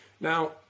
now